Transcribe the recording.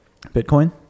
Bitcoin